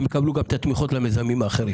הן יקבלו גם את התמיכות למיזמים האחרים.